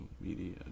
media